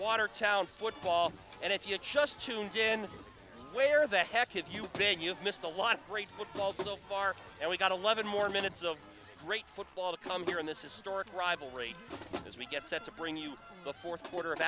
watertown football and if you're just tuned in where the heck if you then you've missed a lot great football so far and we got eleven more minutes of great football to come here in this historic rivalry as we get set to bring you the fourth quarter of